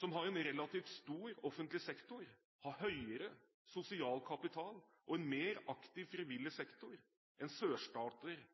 som har en relativt stor offentlig sektor, har høyere sosial kapital og en mer aktiv frivillig sektor enn sørstater med en